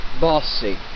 bossy